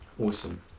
Awesome